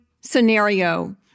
scenario